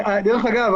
דרך אגב,